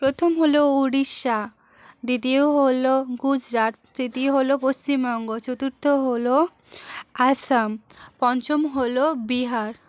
প্রথম হল উড়িষ্যা দ্বিতীয় হল গুজরাট তৃতীয় হল পশ্চিমমঙ্গ চতুর্থ হল আসাম পঞ্চম হল বিহার